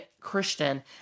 Christian